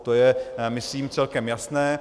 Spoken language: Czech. To je myslím celkem jasné.